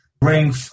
bring